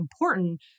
important